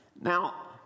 Now